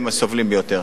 הסובלים ביותר.